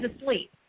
asleep